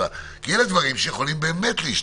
כי אלה דברים שיכולים באמת להשתנות.